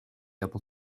able